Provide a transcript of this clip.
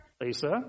Lisa